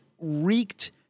wreaked